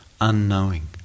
unknowing